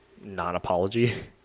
non-apology